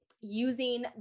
using